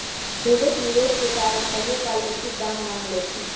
ढेरेक निवेश के कारण कहियोकाल उचित दाम न मिलइ छै